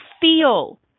feel